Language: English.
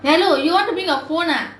hello you want to bring your phone ah